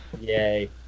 Yay